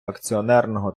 акціонерного